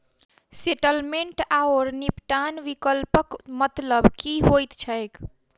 Settlement आओर निपटान विकल्पक मतलब की होइत छैक?